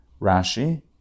Rashi